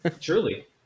Truly